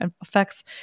affects